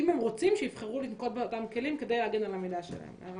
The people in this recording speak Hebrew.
אם הם רוצים שיבחרו לנקוט באותם כלים כדי להגן על המידע שלהם.